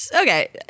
Okay